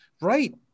right